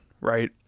right